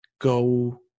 go